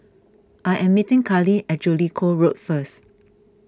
I am meeting Kallie at Jellicoe Road first